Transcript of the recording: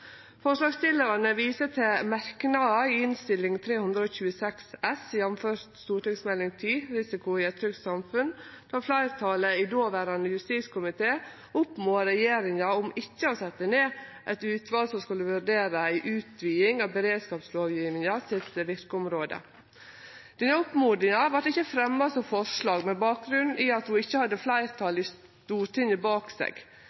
Forslagsstillarane viser til merknader i Innst. 326 S for 2016–2017, jf. Meld. St. 10 for 2016–2017, Risiko i et trygt samfunn, der fleirtalet i dåverande justiskomité oppmoda regjeringa til ikkje å setje ned eit utval som skulle vurdere ei utviding av beredskapslovgjevinga sitt verkeområde. Denne oppmodinga vart ikkje fremja som forslag, med bakgrunn i at ho ikkje hadde fleirtalet i Stortinget bak seg.